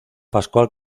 pascual